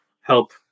help